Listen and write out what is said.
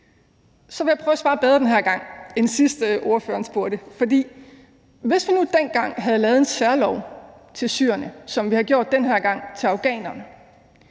Så vil jeg prøve at svare bedre den her gang, end sidste gang ordføreren spurgte. Hvis vi nu dengang havde lavet en særlov for syrerne, som vi har gjort det den her gang for afghanerne,